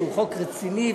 שהוא חוק רציני,